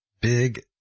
Big